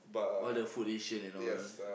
all the food ration and all